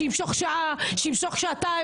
שימשוך שעה, שימשוך שעתיים.